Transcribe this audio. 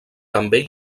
també